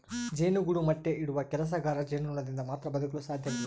ಜೇನುಗೂಡು ಮೊಟ್ಟೆ ಇಡುವ ಕೆಲಸಗಾರ ಜೇನುನೊಣದಿಂದ ಮಾತ್ರ ಬದುಕಲು ಸಾಧ್ಯವಿಲ್ಲ